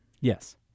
Yes